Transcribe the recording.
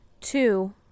two